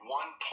one